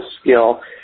skill